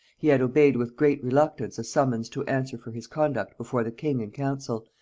he had obeyed with great reluctance a summons to answer for his conduct before the king in council,